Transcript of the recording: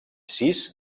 sis